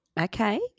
Okay